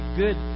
good